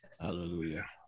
Hallelujah